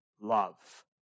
love